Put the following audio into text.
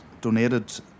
donated